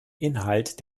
inhalt